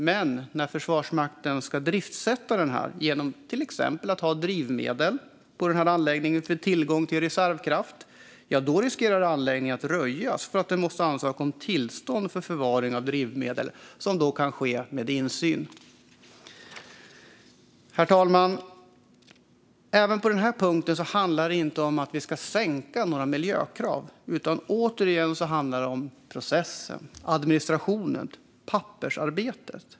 Men när Försvarsmakten ska driftsätta den genom att till exempel ha drivmedel på anläggningen för tillgång till reservkraft riskerar anläggningen att röjas därför att man måste ansöka om tillstånd för förvaring av drivmedel, vilket kan ske med insyn. Herr talman! Inte heller på denna punkt handlar det om att vi skulle sänka några miljökrav, utan det handlar återigen om processen, administrationen och pappersarbetet.